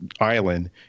island